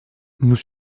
nous